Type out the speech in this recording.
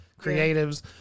creatives